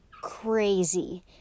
crazy